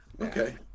Okay